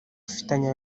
ufitanye